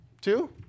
Two